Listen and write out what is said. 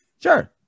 Sure